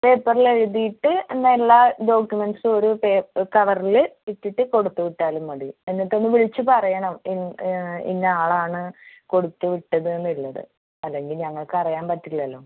പേപ്പർലെഴ്തീട്ട് എന്താ എല്ലാ ഡോക്യൂമെൻട്സ്സും ഒരു പേപ്പ കവർൽ ഇട്ടിട്ട് കൊടുത്തുവിട്ടാലും മതി എന്നിട്ടൊന്നു വിളിച്ചുപറയണം ഇന്നാളാണ് കൊടുത്ത് വിട്ടതെന്നുള്ളത് അല്ലെങ്കിൽ ഞങ്ങൾക്കറിയാൻ പറ്റില്ലല്ലോ